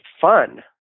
fun